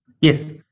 Yes